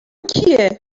کیه